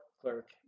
clerk